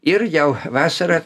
ir jau vasarą